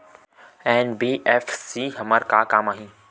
NBFC हमर का काम आही?